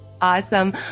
Awesome